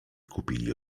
kupili